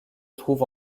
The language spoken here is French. trouve